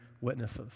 witnesses